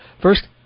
First